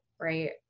right